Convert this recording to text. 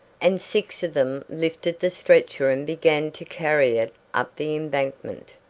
and six of them lifted the stretcher and began to carry it up the embankment.